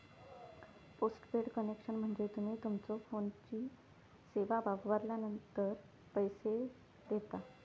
postpaid connection म्हणजे तुम्ही तुमच्यो फोनची सेवा वापरलानंतर पैसो देता